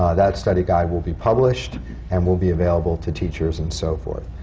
ah that study guide will be published and will be available to teachers and so forth.